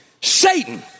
Satan